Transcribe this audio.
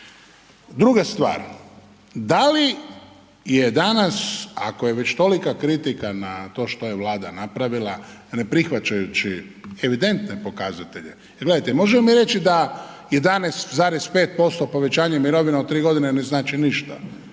Druga stvar, da li je danas, ako je već tolika kritika na to što je Vlada napravila ne prihvaćajući evidentne pokazatelje, jer gledajte možemo mi reći da 11,5% povećanje mirovina u tri godine ne znači ništa,